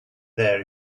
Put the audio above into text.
there